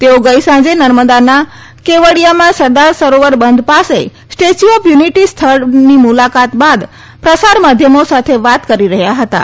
તેઓ ગઇ સાંજે નર્મદા જીલ્લાના કેવડીયામાં સરદાર સરોવર બંધ પાશે સ્ટેચ્યુ ઓફ યુનિટી સ્થળ પર મુલાકાત બાદ પ્રયાર માધ્યમો સાથે વાત કરી રહ્યાં હતાં